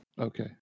Okay